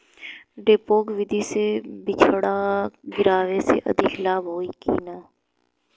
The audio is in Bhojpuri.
डेपोक विधि से बिचड़ा गिरावे से अधिक लाभ होखे की न?